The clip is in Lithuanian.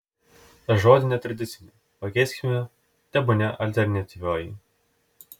tad žodį netradicinė pakeiskime tebūnie alternatyvioji